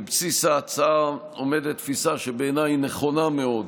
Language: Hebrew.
בבסיס ההצעה עומדת תפיסה, שבעיניי היא נכונה מאוד,